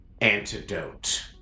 antidote